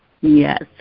Yes